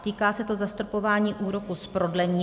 Týká se to zastropování úroku z prodlení.